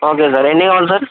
okay sir ఎన్ని కావాలి sir